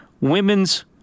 Women's